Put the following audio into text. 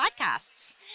podcasts